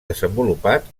desenvolupat